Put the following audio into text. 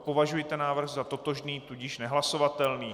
Považuji ten návrh za totožný, tudíž nehlasovatelný.